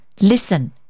Listen